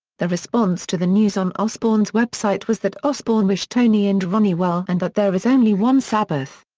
the response to the news on osbourne's website was that osbourne wished tony and ronnie well and that there is only one sabbath.